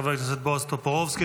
חבר הכנסת בועז טופורובסקי.